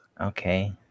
Okay